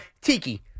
Tiki